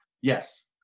Yes